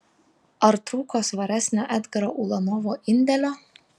ar trūko svaresnio edgaro ulanovo indėlio